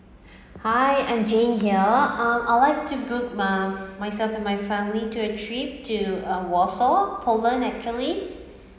hi I'm jane here um I'd like to book my myself and my family to a trip to uh warsaw poland actually